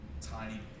tiny